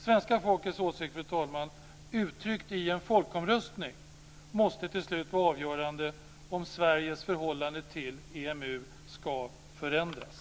Svenska folkets uppfattning, fru talman, uttryckt i en folkomröstning måste till slut vara avgörande, om Sveriges förhållande till EMU ska förändras.